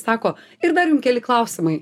sako ir dar jum keli klausimai